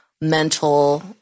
mental